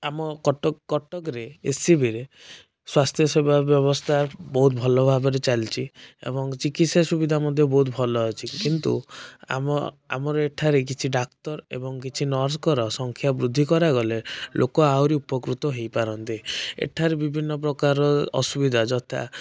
ଆମ କଟକ କଟକରେ ଏସ୍ସିବିରେ ସ୍ୱାସ୍ଥ୍ୟ ସେବା ବ୍ୟବସ୍ଥା ବହୁତ ଭଲ ଭାବରେ ଚାଲିଛି ଏବଂ ଚିକିତ୍ସା ସୁବିଧା ମଧ୍ୟ ବହୁତ ଭଲ ଅଛି କିନ୍ତୁ ଆମ ଆମର ଏଠାରେ କିଛି ଡ଼କ୍ଟର ଏବଂ କିଛି ନର୍ସଙ୍କର ସଂଖ୍ୟା ବୃଦ୍ଧି କରାଗଲେ ଲୋକ ଆହୁରି ଉପକୃତ ହୋଇପାରନ୍ତେ ଏଠାରେ ବିଭିନ୍ନ ପ୍ରକାର ଅସୁବିଧା ଯଥା